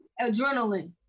adrenaline